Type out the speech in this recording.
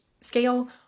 scale